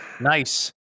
Nice